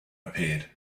appeared